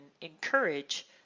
encourage